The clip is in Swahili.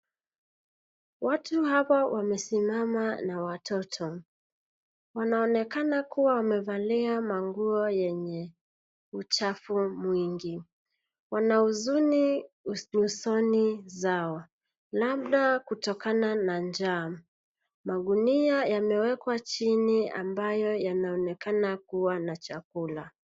Watu hapa wamesimama na watoto, wanaonekana kuwa wamevalia manguo yenye uchafu mwingi. Wana huzuni usoni zao, labda kutokana na njaa. Magunia yamewekwa chini ambayo yanaonekana kuwa na chakula.